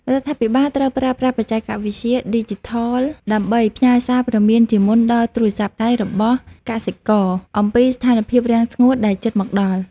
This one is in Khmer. រដ្ឋាភិបាលត្រូវប្រើប្រាស់បច្ចេកវិទ្យាឌីជីថលដើម្បីផ្ញើសារព្រមានជាមុនដល់ទូរស័ព្ទដៃរបស់កសិករអំពីស្ថានភាពរាំងស្ងួតដែលជិតមកដល់។